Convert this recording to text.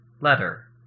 Letter